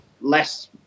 less